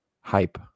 hype